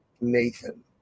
Nathan